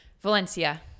Valencia